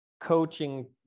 coaching